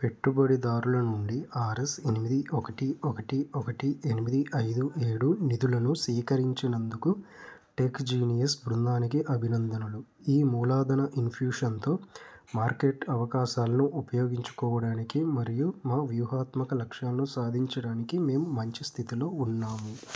పెట్టుబడిదారుల నుండి ఆర్ఎస్ ఎనిమిది ఒకటి ఒకటి ఒకటి ఎనిమిది ఐదు ఏడు నిధులను సేకరించినందుకు టెక్ జీనియస్ బృందానికి అభినందనలు ఈ మూలధన ఇన్ఫ్యూషన్తో మార్కెట్ అవకాశాలను ఉపయోగించుకోవడానికి మరియు మా వ్యూహాత్మక లక్ష్యాలను సాధించడానికి మేము మంచి స్థితిలో ఉన్నాము